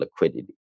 liquidity